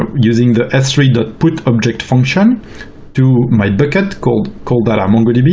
um using the function to my bucket called call data mongodb,